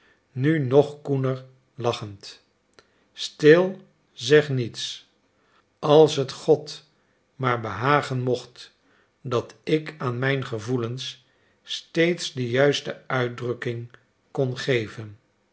nu nog koener lachend stil zeg niets als het god maar behagen mocht dat ik aan mijn gevoelens steeds de juiste uitdrukking kon geven